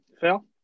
Phil